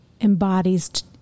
embodies